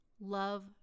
love